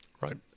Right